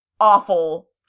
awful